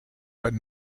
but